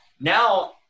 now